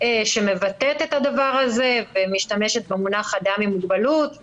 שמבטאת את הדבר הזה ומשתמשת במונח אדם עם מוגבלות.